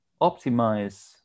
optimize